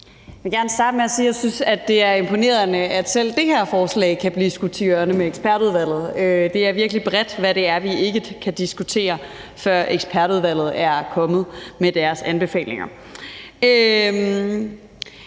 Jeg vil gerne starte med at sige, at jeg synes, at det er imponerende, at selv det her forslag kan blive skudt til hjørne med ekspertudvalget som begrundelse. Det er virkelig bredt, hvad vi ikke kan diskutere, før ekspertudvalget er kommet med deres anbefalinger.